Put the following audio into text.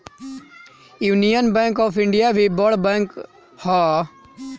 union bank of India भी बड़ bank हअ